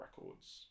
Records